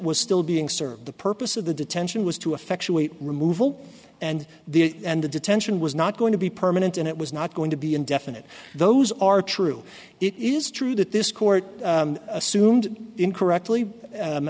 was still being served the purpose of the detention was to effectuate removal and the and the detention was not going to be permanent and it was not going to be indefinite those are true it is true that this court assumed incorrectly